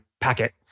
packet